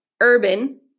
urban